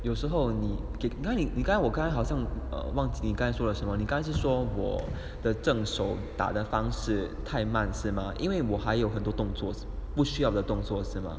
有时候你 ok~ 有时候你你刚才你看我看好像忘记你说了什么你刚是说我的正手打的方式太慢是吗因为我还有很多动作不需要动作是吗